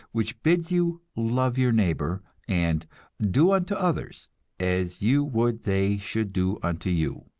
which bids you love your neighbor, and do unto others as you would they should do unto you.